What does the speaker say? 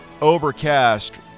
overcast